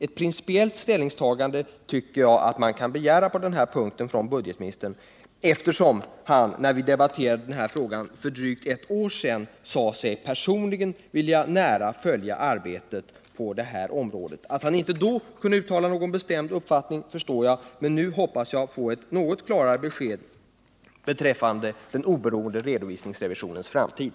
Jag tycker att man på den punkten kan begära ett principiellt ställningstagande från budgetoch ekonomiministern, eftersom han, när vi debatterade frågan för drygt ett år sedan, sade sig personligen vilja nära följa arbetet på det här området. Jag förstår att budgetoch ekonomiministern då inte kunde uttala någon bestämd uppfattning. Jag hoppas dock att jag nu kan få ett något klarare besked beträffande redovisningsrevisionens framtid.